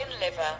liver